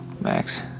Max